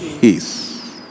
peace